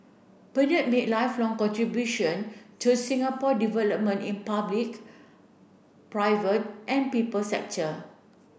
Bernard made lifelong contribution to Singapore development in public private and people sector